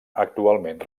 actualment